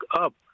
up